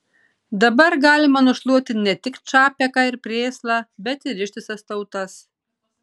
dabar galima nušluoti ne tik čapeką ir prėslą bet ir ištisas tautas